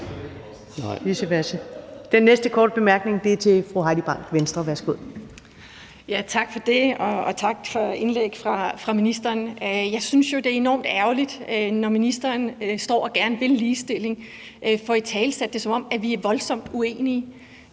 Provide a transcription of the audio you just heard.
Den næste korte bemærkning er til fru Heidi Bank, Venstre. Værsgo. Kl. 15:31 Heidi Bank (V): Tak for det, og tak for indlægget fra ministeren. Jeg synes jo, det er enormt ærgerligt, når ministeren står og gerne vil ligestillingen, at man får italesat det, som om vi er voldsomt uenige.